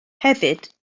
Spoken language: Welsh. hefyd